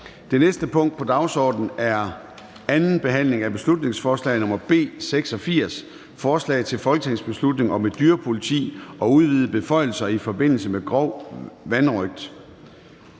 Det næste punkt på dagsordenen er: 7) 2. (sidste) behandling af beslutningsforslag nr. B 86: Forslag til folketingsbeslutning om et dyrepoliti og udvidede beføjelser i forbindelse med grov vanrøgt